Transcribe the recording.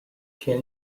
can